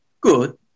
good